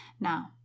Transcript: Now